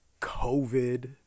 COVID